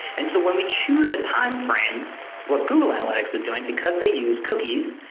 and so when we choose a time frame what google analytics is doing because they use cookies,